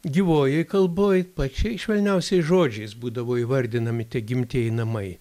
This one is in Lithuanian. gyvojoj kalboj pačiais švelniausiais žodžiais būdavo įvardinami tie gimtieji namai